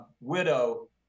widow